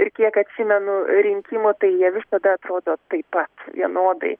ir kiek atsimenu rinkimų tai jie visada atrodo taip pat vienodai